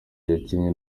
yakinnye